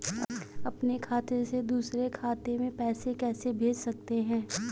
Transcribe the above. अपने खाते से दूसरे खाते में पैसे कैसे भेज सकते हैं?